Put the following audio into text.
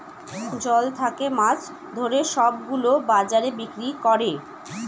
জল থাকে মাছ ধরে সব গুলো বাজারে বিক্রি করে